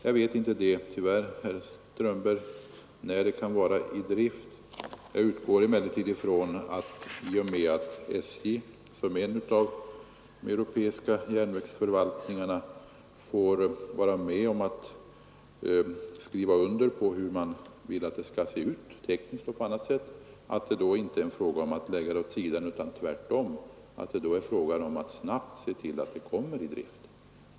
Jag vet tyvärr inte när detta säkerhetssystem kan vara i drift. Jag utgår emellertid ifrån att SJ, som är en av de europeiska järnvägsförvaltningarna, får vara med och skriva under på hur man vill att det tekniskt och på annat sätt skall se ut och att det då blir fråga om att snabbt se till att systemet kommer i drift.